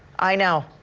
i know.